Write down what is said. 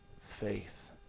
Faith